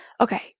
Okay